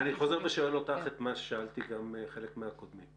אני חוזר ושואל אותך את מה ששאלתי גם חלק מהקודמים.